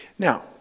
Now